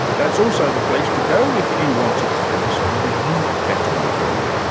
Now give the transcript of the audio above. that's also the place to go if you want to tell us whether you'd bet on god.